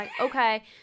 okay